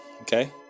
Okay